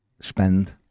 spend